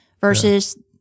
versus